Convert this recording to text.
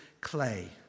clay